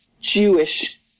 Jewish